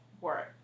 work